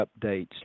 updates